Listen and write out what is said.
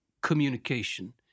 communication